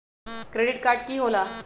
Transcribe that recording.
Credit card की होला?